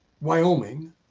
Wyoming